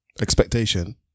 expectation